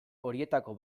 horietako